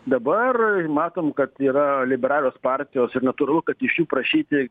dabar matom kad yra liberalios partijos ir natūralu kad iš jų prašyti